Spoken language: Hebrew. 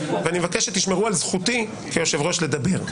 ואני מבקש שתשמרו על זכותי כיושב-ראש לדבר.